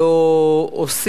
לא אכנס לזה עכשיו.